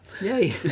yay